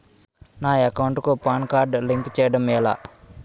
నా అకౌంట్ కు PAN card link చేయడం ఎలా?